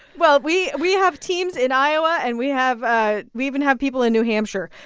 well, we we have teams in iowa. and we have ah we even have people in new hampshire.